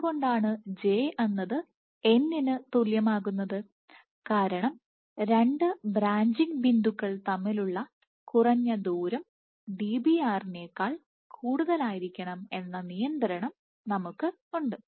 എന്തുകൊണ്ടാണ് j എന്നത് n ന് തുല്യമാകുന്നത് കാരണം രണ്ട് ബ്രാഞ്ചിംഗ് ബിന്ദുക്കൾ തമ്മിലുള്ള കുറഞ്ഞ ദൂരം Dbr നേക്കാൾ കൂടുതലായിരിക്കണം എന്ന നിയന്ത്രണം നമുക്ക് ഉണ്ട്